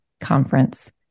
Conference